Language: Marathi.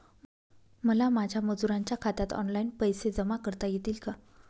मला माझ्या मजुरांच्या खात्यात ऑनलाइन पैसे जमा करता येतील का?